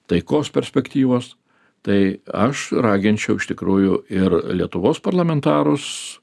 taikos perspektyvos tai aš raginčiau iš tikrųjų ir lietuvos parlamentarus